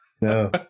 no